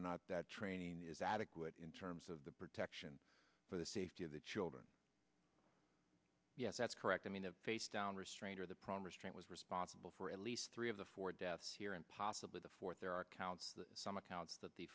or not that training is adequate in terms of the protection for the safety of the children yes that's correct i mean the face down restraint or the prime restraint was responsible for at least three of the four deaths here and possibly the fourth there are